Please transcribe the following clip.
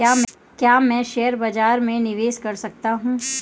क्या मैं शेयर बाज़ार में निवेश कर सकता हूँ?